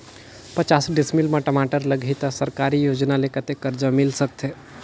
पचास डिसमिल मा टमाटर लगही त सरकारी योजना ले कतेक कर्जा मिल सकथे?